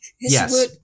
yes